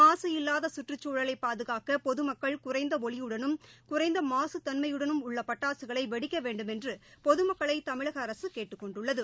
மாசு இல்வாத சுற்றுச்சூழலை பாதுகாக்க பொதுமக்கள் குறைந்த ஒலியுடனும் குறைந்த மாசுத்தன்மையுடனும் உள்ள பட்டாசுகளை வெடிக்க வேண்டுமென்று பொதுமக்களை தமிழக அரசு கேட்டுக் கொண்டுள்ளது